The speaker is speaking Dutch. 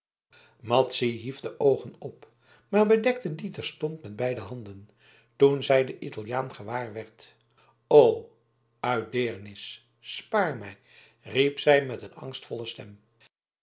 madzy hief de oogen op maar bedekte die terstond met beide handen toen zij den italiaan gewaarwerd o uit deernis spaar mij riep zij met een angstvolle stem